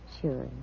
Sure